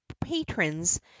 patrons